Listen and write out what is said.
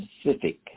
specific